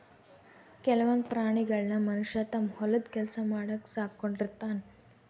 ಕೆಲವೊಂದ್ ಪ್ರಾಣಿಗಳನ್ನ್ ಮನಷ್ಯ ತಮ್ಮ್ ಹೊಲದ್ ಕೆಲ್ಸ ಮಾಡಕ್ಕ್ ಸಾಕೊಂಡಿರ್ತಾನ್